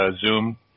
Zoom